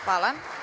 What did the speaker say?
Hvala.